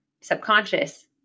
subconscious